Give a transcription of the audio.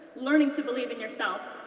learning to believe in yourself,